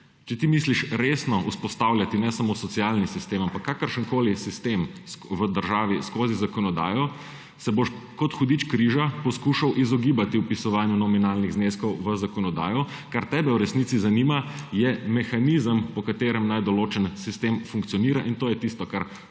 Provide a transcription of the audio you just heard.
Če ti misliš resno vzpostavljati ne samo socialni sistem, ampak kakršenkoli sistem v državi skozi zakonodajo, se boš kot hudič križa poskušal izogibati vpisovanju nominalnih zneskov v zakonodajo, kar tebe v resnici zanima, je mehanizem, po katerem naj določen sistem funkcionira, in to je tisto, kar